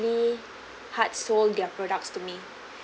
hard-sold their products to me